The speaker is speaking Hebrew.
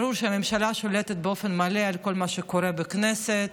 ברור שהממשלה שולטת באופן מלא על כל מה שקורה בכנסת,